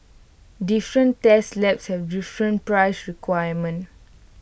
different test labs have different price requirements